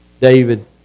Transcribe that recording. David